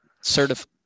certified